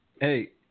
Hey